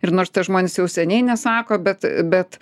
ir nors tie žmonės jau seniai nesako bet bet